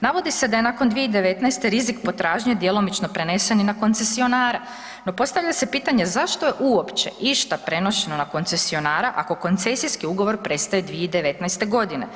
Navodi se da je nakon 2019. rizik potražnje djelomično prenesen i na koncesionara no postavlja se pitanje zašto je uopće išta prenošeno na koncesionara ako koncesijski ugovor prestaje 2019. godine?